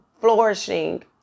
flourishing